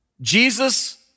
Jesus